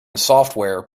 software